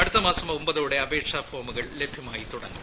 അടുത്തമാസം ഒമ്പതോടെ അപേക്ഷാ ഫോമുകൾ ലഭ്യമായിത്തുടങ്ങും